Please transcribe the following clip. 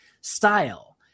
style